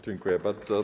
Dziękuję bardzo.